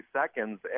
seconds